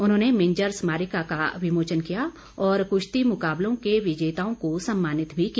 उन्होंने मिंजर स्मारिका का विमोचन किया और कुश्ती मुकाबलों के विजेताओं को सम्मानित भी किया